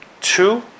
two